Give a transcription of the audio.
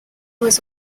was